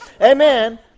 Amen